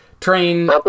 train